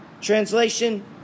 translation